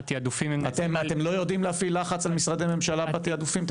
התיעדופים הם --- אתם לא יודעים להפעיל לחץ על משרדי ממשלה בתיעדופים.